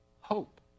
hope